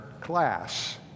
class